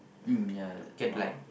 mm ya awhile